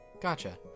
gotcha